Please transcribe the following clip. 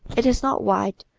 it is not wide,